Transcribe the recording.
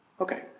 Okay